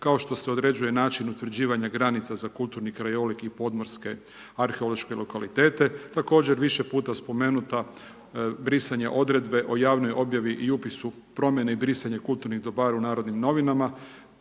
kao što se određuje način utvrđivanja granica, za kulturni krajolik i podmorske arheološke lokalitete. Također više puta spomenuta, brisanje odredbe o javnoj objavi i upisu promjene i brisanje kulturnih dobara u Narodnim novinama